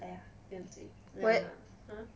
!aiya! 不用紧 !aiya! !huh!